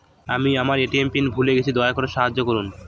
আমি আমার ATM pin ভুলে গেছি, দয়া করে সাহায্য করুন